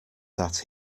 that